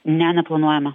ne neplanuojame